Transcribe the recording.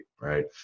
right